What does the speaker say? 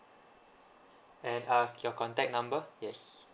and uh your contact number yes